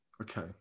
Okay